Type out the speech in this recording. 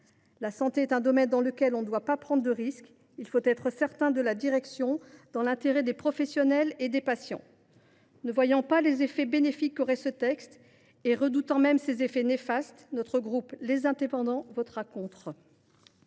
La santé est un domaine dans lequel on ne doit pas prendre de risques. Il faut être certain de la direction, dans l’intérêt des professionnels et des patients. Ne voyant pas les effets bénéfiques qu’aurait ce texte et redoutant même ses éventuels effets néfastes, le groupe Les Indépendants votera contre.